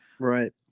Right